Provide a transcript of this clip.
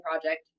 project